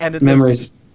Memories